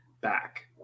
back